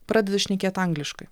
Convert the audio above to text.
pradeda šnekėt angliškai